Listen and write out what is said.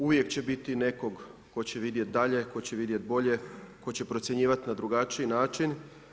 Uvijek će biti nekog tko će vidjet dalje, tko će vidjet bolje, tko će procjenjivat na drugačiji način.